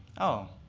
oh,